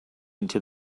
into